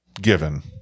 given